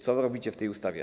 Co robicie w tej ustawie?